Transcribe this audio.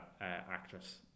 actress